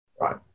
right